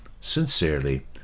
Sincerely